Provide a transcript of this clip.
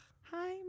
hi